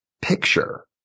picture